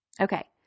Okay